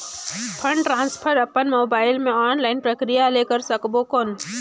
Fund transfer अपन mobile मे online प्रक्रिया ले कर सकबो कौन?